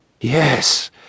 Yes